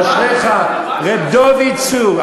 אשריך, רב דוֹויד צור.